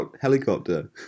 helicopter